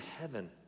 heaven